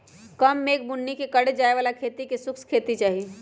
कम मेघ बुन्नी के करे जाय बला खेती के शुष्क खेती कहइ छइ